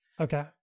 Okay